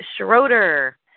Schroeder